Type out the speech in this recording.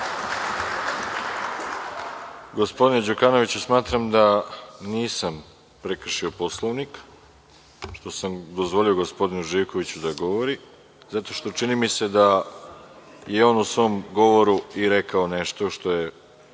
Gospodine Đukanoviću, smatram da nisam prekršio Poslovnik što sam dozvolio gospodinu Živkoviću da govori zato što, čini mi se, da je u svom govoru rekao nešto što je